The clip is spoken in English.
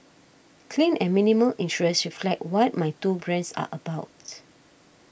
clean and minimal interiors reflect what my two brands are about